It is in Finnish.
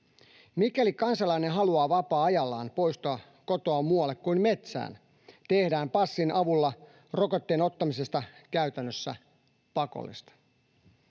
Mikäli kansalainen haluaa vapaa-ajallaan poistua kotoaan muualle kuin metsään, tehdään passin avulla rokotteen ottamisesta käytännössä pakollista.